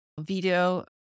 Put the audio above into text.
video